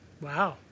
Wow